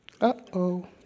Uh-oh